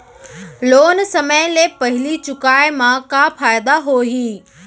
Loan समय ले पहिली चुकाए मा का फायदा होही?